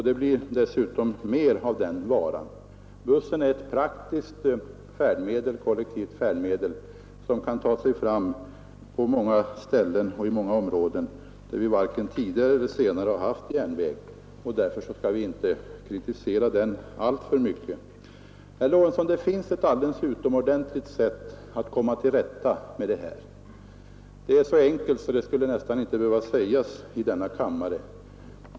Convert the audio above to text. Det blir dessutom mer av den varan. Bussen är ett praktiskt kollektivt färdmedel som kan ta sig fram i stora områden, t.ex. där vi varken tidigare eller senare haft järnväg. Därför skall vi inte kritisera bussen för mycket. Men, herr Lorentzon, det finns ett utomordentligt sätt att komma till rätta med problemet. Det är så enkelt så det skulle nästan inte behöva sägas i denna kammare.